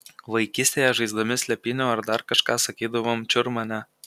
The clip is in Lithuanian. vaikystėje žaisdami slėpynių ar dar kažką sakydavom čiur mane